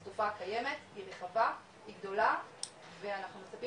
זה תופעה קיימת, היא רחבה, היא גדולה ואנחנו מצפים